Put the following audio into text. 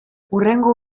hurrengo